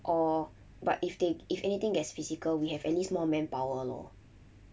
or but if they if anything that's physical we have at least more manpower lor